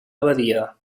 abadia